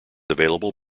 available